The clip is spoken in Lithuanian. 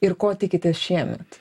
ir ko tikitės šiemet